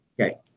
Okay